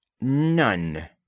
none